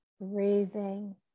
breathing